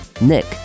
Nick